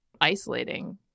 isolating